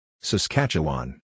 Saskatchewan